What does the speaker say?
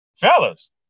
fellas